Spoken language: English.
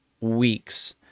weeks